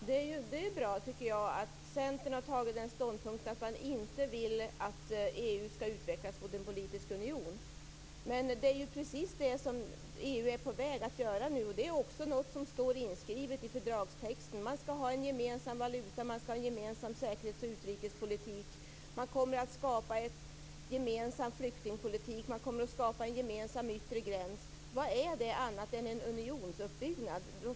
Herr talman! Det är bra att Centern har tagit den ståndpunkten att EU inte skall utvecklas mot en politisk union. Men EU är redan nu på väg att bli en union. Det står också inskrivet i fördragstexten att man skall ha en gemensam valuta och en gemensam säkerhets och utrikespolitik. Man kommer att skapa en gemensam flyktingpolitik och en gemensam yttre gräns. Vad är det annat än en unionsuppbyggnad?